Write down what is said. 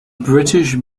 british